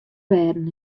rêden